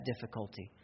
difficulty